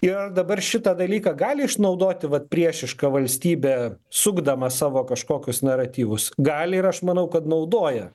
ir ar dabar šitą dalyką gali išnaudoti vat priešiška valstybė sukdama savo kažkokius naratyvus gali ir aš manau kad naudoja